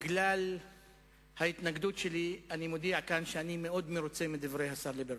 בגלל ההתנגדות שלי אני מודיע כאן שאני מאוד מרוצה מדברי השר ליברמן.